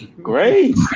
great.